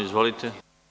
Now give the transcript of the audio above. Izvolite.